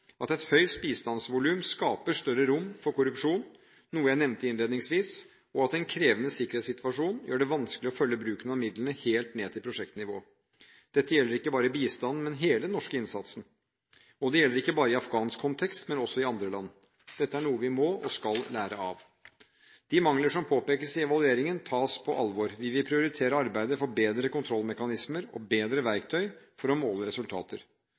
at et høyt bistandsvolum skaper større rom for korrupsjon – noe jeg nevnte innledningsvis – og at en krevende sikkerhetssituasjon gjør det vanskelig å følge bruken av midlene helt ned til prosjektnivå. Dette gjelder ikke bare bistanden, men hele den norske innsatsen. Det gjelder heller ikke bare i afghansk kontekst, men også i andre land. Dette er noe vi må og skal lære av. De mangler som påpekes i evalueringen, tas på alvor. Vi vil prioritere arbeidet for bedre kontrollmekanismer og bedre verktøy for å måle resultater.